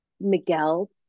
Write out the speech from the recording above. Miguel